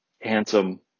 Handsome